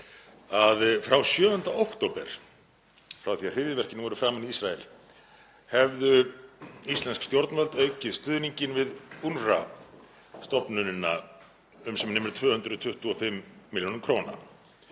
að frá 7. október, frá því að hryðjuverkin voru framin í Ísrael hefðu íslensk stjórnvöld aukið stuðninginn við UNRWA stofnunina um sem nemur 225 millj. kr.